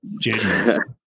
january